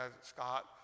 Scott